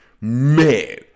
man